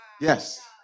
Yes